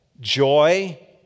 joy